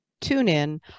TuneIn